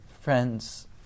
Friends